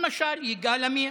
למשל, יגאל עמיר